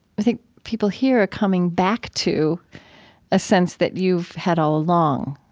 i think people here are coming back to a sense that you've had all along,